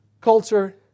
culture